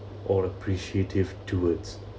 or appreciative towards